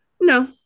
No